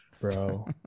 bro